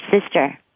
sister